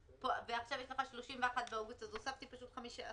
ועכשיו יש לך 31 באוגוסט, אז הוספתי פשוט 15 יום.